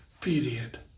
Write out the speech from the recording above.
period